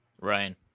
Ryan